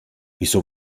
wieso